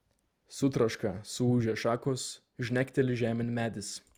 sutraška suūžia šakos žnekteli žemėn medis